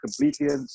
completely